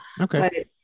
Okay